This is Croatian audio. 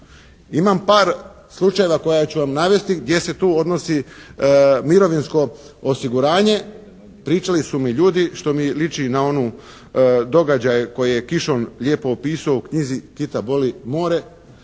Imam par slučajeva koja ću vam navesti gdje se tu odnosi mirovinsko osiguranje. Pričali su mi ljudi što mi liči na onu događaj koji je Kišon lijepo opisao u knjizi “Tita boli more“.